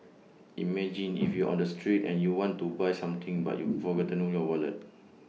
imagine if you're on the street and you want to buy something but you've forgotten your wallet